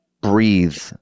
breathe